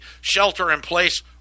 shelter-in-place